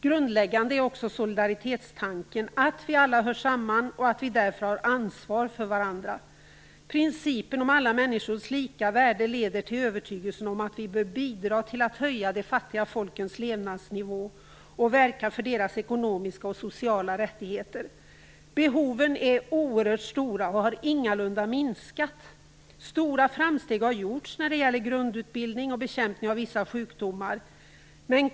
Grundläggande är också solidaritetstanken - att vi alla hör samman och att vi därför har ansvar för varandra. Principen om alla människors lika värde leder till övertygelsen om att vi bör bidra till att höja de fattiga folkens levnadsnivå och verka för deras ekonomiska och sociala rättigheter. Behoven är oerhört stora och har ingalunda minskat. Stora framsteg har gjorts när det gäller grundutbildning och bekämpning av vissa sjukdomar.